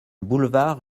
boulevard